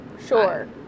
Sure